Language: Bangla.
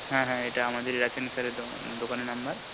হ্যাঁ হ্যাঁ এটা আমাদেরই রাসায়নিক সারের দোকানের নাম্বার